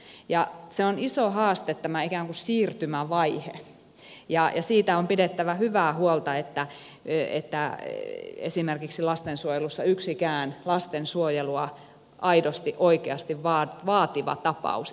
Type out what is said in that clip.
tämä ikään kuin siirtymävaihe on iso haaste ja siitä on pidettävä hyvää huolta että esimerkiksi lastensuojelussa yksikään lastensuojelua aidosti oikeasti vaativa tapaus ei jää ikään kuin huolehtimatta